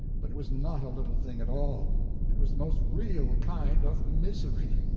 but it was not a little thing at all it was the most real kind of misery.